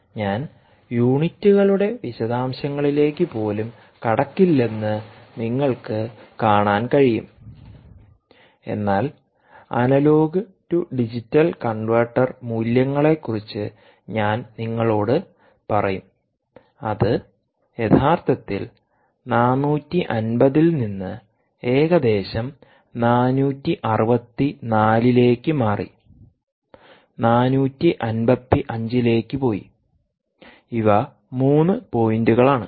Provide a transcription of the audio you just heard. ഞാൻ യൂണിറ്റുകളുടെ വിശദാംശങ്ങളിലേക്ക് പോലും കടക്കില്ലെന്ന് നിങ്ങൾക്ക് കാണാൻ കഴിയും എന്നാൽ അനലോഗ് ടു ഡിജിറ്റൽ കൺവെർട്ടർമൂല്യങ്ങളേക്കുറിച്ച് ഞാൻ നിങ്ങളോട് പറയും അത് യഥാർത്ഥത്തിൽ 450 ൽ നിന്ന് ഏകദേശം 464 ലേക്ക് മാറി 455 ലേക്ക് പോയി ഇവ 3 പോയിന്റുകളാണ്